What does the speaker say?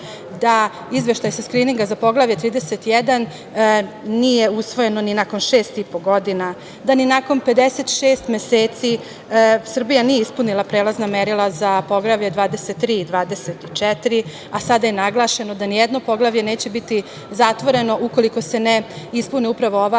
da izveštaj sa skrininga za Poglavlje 31 nije usvojeno ni nakon šest i po godina, da ni nakon 56 meseci Srbija nije ispunila prelazna merila za poglavlja 23 i 24, a sada je naglašeno da nijedno poglavlje neće biti zatvoreno ukoliko se ne ispune upravo ova